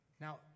Now